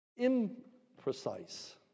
imprecise